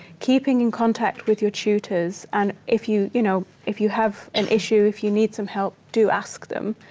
keeping in contact with your tutors, and if you you know if you have an issue, if you need some help, do ask them.